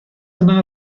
yna